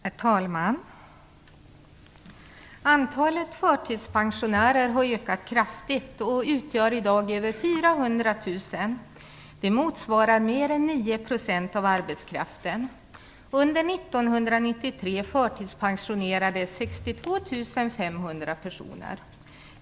Herr talman! Antalet förtidspensionärer har ökat kraftigt. De utgör i dag över 400 000 personer. Det motsvarar mer än 9 % av arbetskraften.